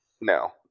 No